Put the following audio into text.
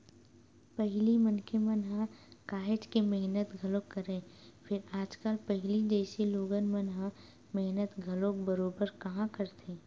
पहिली मनखे मन ह काहेच के मेहनत घलोक करय, फेर आजकल पहिली जइसे लोगन मन ह मेहनत घलोक बरोबर काँहा करथे